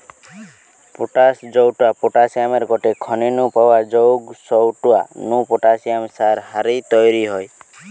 potash জউটা পটাশিয়ামের গটে খনি নু পাওয়া জউগ সউটা নু পটাশিয়াম সার হারি তইরি হয়